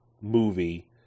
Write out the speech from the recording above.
movie